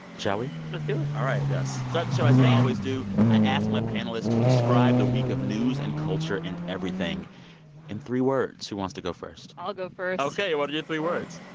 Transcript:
shall we? let's do it all right yes start the show as. sam. we always do. i asked my panelists to describe the week of news and culture and everything in three words. who wants to go first? i'll go first ok, what are your three words?